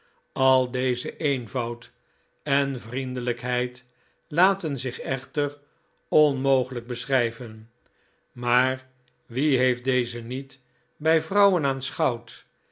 al deze eenvoud en vriendelijkheid laten zich echter onmogelijk beschrijven maar wie heeft deze niet bij